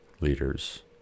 leaders